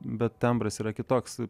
bet tembras yra kitoks